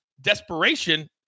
desperation